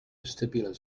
vestibular